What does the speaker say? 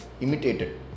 imitated